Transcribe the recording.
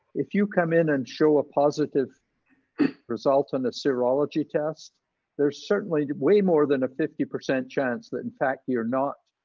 if you come in and show a positive result in and a serology test there's certainly way more than a fifty percent chance that in fact you're not